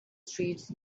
street